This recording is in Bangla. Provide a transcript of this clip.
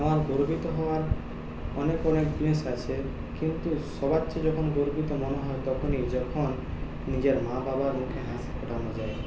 আমার গর্বিত হওয়ার অনেক অনেক জিনিস আছে কিন্তু সবার চেয়ে যখন গর্বিত মনে হয় তখনই যখন নিজের মা বাবার মুখে হাসি ফোটানো যায়